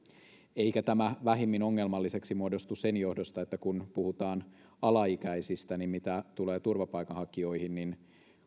eikä tämä vähemmän ongelmalliseksi muodostu sen johdosta että kun puhutaan alaikäisistä mitä tulee turvapaikanhakijoihin niin